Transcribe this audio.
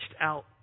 out